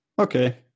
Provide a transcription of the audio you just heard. Okay